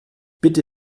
bitte